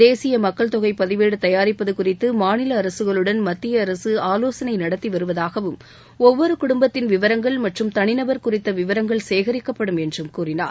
தேசிய மக்கள்தொகை பதிவேடு தயாரிப்பது குறித்து மாநில அரசுகளுடன் மத்திய அரசு ஆலோசனை நடத்தி வருவதாகவும் ஒவ்வொரு குடும்பத்தின் விவரங்கள் மற்றும் தனிநபர் குறித்த விவரங்கள் சேகரிக்கப்படும் என்றும் கூறினார்